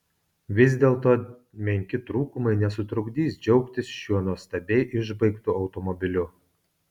vis dėlto menki trūkumai nesutrukdys džiaugtis šiuo nuostabiai išbaigtu automobiliu